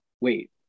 wait